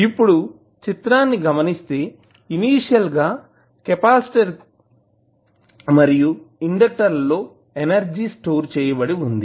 ఇప్పుడు చిత్రాన్ని గమనిస్తే ఇనీషియల్ గా కెపాసిటర్ మరియు ఇండెక్టర్ లో ఎనర్జీ స్టోర్ చేయబడివుంది